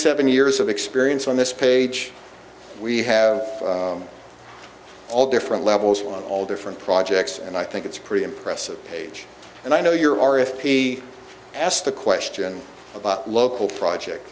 seven years of experience on this page we have all different levels on all different projects and i think it's pretty impressive page and i know you're are if be asked the question about local project